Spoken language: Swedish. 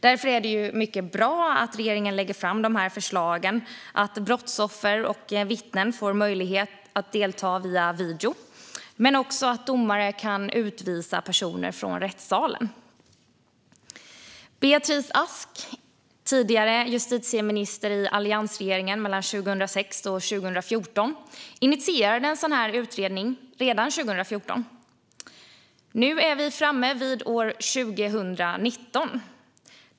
Därför är det mycket bra att regeringen lägger fram förslagen att brottsoffer och vittnen ska få möjlighet att delta via video och att domare ska kunna utvisa personer från rättssalen. Beatrice Ask, tidigare justitieminister i alliansregeringen mellan 2006 och 2014, initierade en sådan här utredning redan 2014. Nu är vi framme vid år 2019.